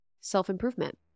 self-improvement